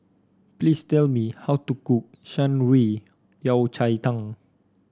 please tell me how to cook Shan Rui Yao Cai Tang